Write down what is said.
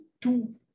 two